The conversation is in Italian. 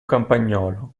campagnolo